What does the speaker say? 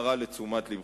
זו הערה לתשומת לבך.